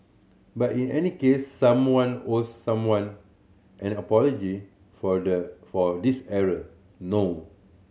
but in any case someone owes someone an apology for the for this error no